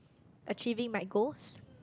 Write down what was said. achieving my goals